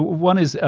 one is, ah